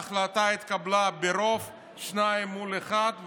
ההחלטה התקבלה ברוב של שניים מול אחד,